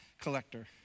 collector